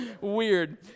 Weird